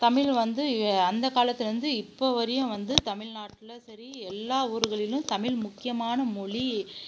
தமிழ் வந்து அந்த காலத்திலேருந்து இப்போ வரையும் வந்து தமிழ்நாட்ல சரி எல்லா ஊர்களிலும் தமிழ் முக்கியமான மொழி